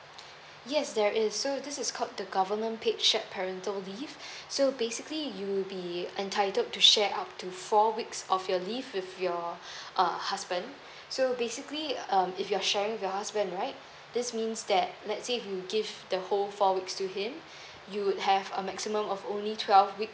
yes there is so this is called the government paid shared parental leave so basically you will be entitled to share up to four weeks of your leave with your uh husband so basically um if you're sharing with your husband right this means that let's say if you give the whole four weeks to him you would have a maximum of only twelve weeks